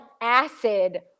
acid